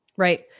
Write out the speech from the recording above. Right